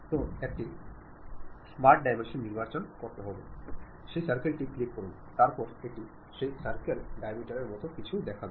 তো একটি smart dimension নির্বাচন করুন সেই সার্কেল টি ক্লিক করুন তারপরে এটি সেই সার্কেলের ডায়ামিটারের মতো কিছু দেখাবে